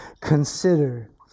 consider